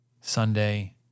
Sunday